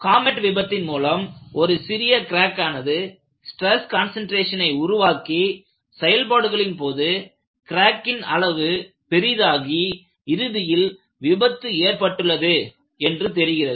comet விபத்தின் மூலம் சிறிய கிராக் ஆனது ஸ்டிரஸ் கான்சன்ட்ரேசன் ஐ உருவாக்கி செயல்பாடுகளின் போது கிராக்கின் அளவு பெரிதாகி இறுதியில் விபத்து ஏற்பட்டுள்ளது என்று தெரிகிறது